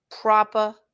proper